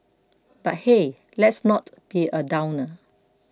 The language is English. but hey let's not be a downer